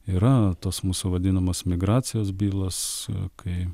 yra tos mūsų vadinamos migracijos bylos kai